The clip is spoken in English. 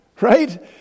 Right